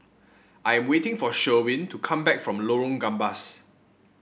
I am waiting for Sherwin to come back from Lorong Gambas